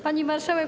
Pani Marszałek!